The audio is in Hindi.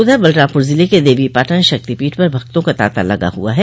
उधर बलरामपुर जिले के देवोपाटन शक्तिपीठ पर भक्तों का तांता लगा हुआ है